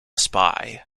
spy